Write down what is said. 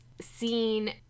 seeing